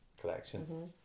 collection